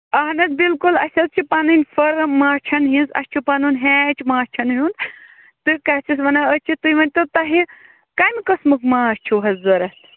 اَہَن حظ بِلکُل اَسہِ حظ چھِ پَنٕنۍ فٔرٕم مانٛچھَن ہِنٛز اَسہِ چھُ پَنُن ہیٚچھ مانٛچھَن ہُنٛد تہٕ کیٛاہ چھِ اَتھ وَنان أسۍ چھِ تُہۍ ؤنۍتَو تۄہہِ کَمہِ قٕسمُک مانٛچھ چھُوٕ حظ ضروٗرت